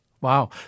Wow